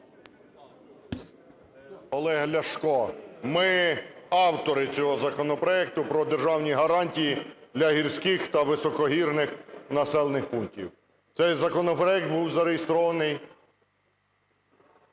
Олег Ляшко. Ми - автори цього законопроекту про державні гарантії для гірських та високогірних населених пунктів. Цей законопроект був зареєстрований